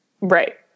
Right